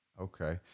Okay